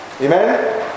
Amen